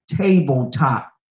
tabletop